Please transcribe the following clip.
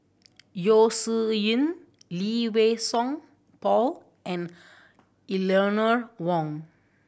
Yeo Shih Yun Lee Wei Song Paul and Eleanor Wong